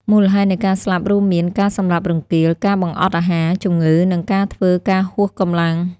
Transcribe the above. មូលហេតុនៃការស្លាប់រួមមាន ការសម្លាប់រង្គាល ការបង្អត់អាហារ ជំងឺ និងការធ្វើការហួសកម្លាំង។